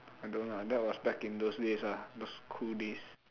I don't know ah that was back in those days ah those cool days